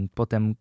potem